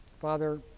father